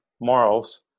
morals